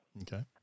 Okay